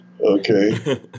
okay